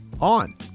On